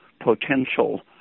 potential